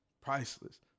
priceless